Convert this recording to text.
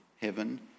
Heaven